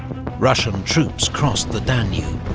russian troops crossed the danube.